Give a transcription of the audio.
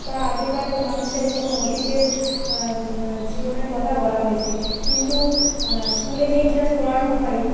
বা আগেকার মানুষের কোনও অতীতের জীবনের কথা বলা হয়েছে কিন্তু স্কুলে যে ইতিহাস পড়ানো হয়